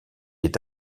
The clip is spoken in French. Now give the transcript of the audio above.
est